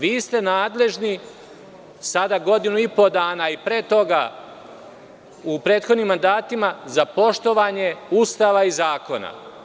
Vi ste nadležni sada godinu i po dana i pre toga u prethodnim mandatima za poštovanje Ustava i zakona.